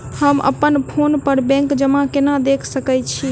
हम अप्पन फोन पर बैंक जमा केना देख सकै छी?